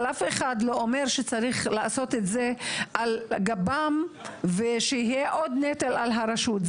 אבל אף אחד לא אומר שצריך לעשות את זה על גבם ושיהיה עוד נטל על הרשות.